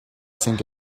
sink